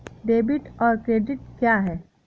Debit और credit क्या है?